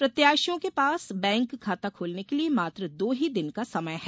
प्रत्याशियों के पास बैंक खाता खोलने के लिए मात्र दो ही दिन का समय है